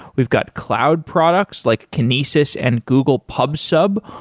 we've got cloud products, like kinesis and google pub sub.